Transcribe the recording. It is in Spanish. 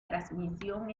transmisión